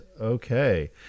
okay